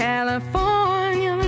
California